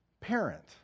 parent